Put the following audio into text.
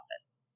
Office